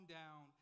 down